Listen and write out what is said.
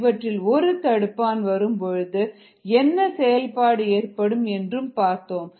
இவற்றில் ஒரு தடுப்பான் வரும்பொழுது என்ன செயல்பாடு ஏற்படும் என்று பார்த்தோம்